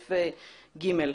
בסעיף (ג)